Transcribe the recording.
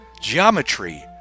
Geometry